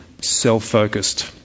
self-focused